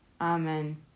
Amen